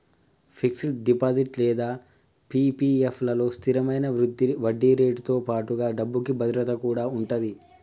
fixed deposit లేదా PPF లలో స్థిరమైన వడ్డీరేటుతో పాటుగా డబ్బుకి భద్రత కూడా ఉంటది